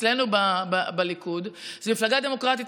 ואצלנו בליכוד זו מפלגה דמוקרטית,